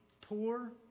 poor